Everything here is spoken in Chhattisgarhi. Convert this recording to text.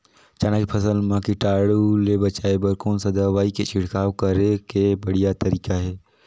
चाना के फसल मा कीटाणु ले बचाय बर कोन सा दवाई के छिड़काव करे के बढ़िया तरीका हे?